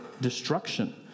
destruction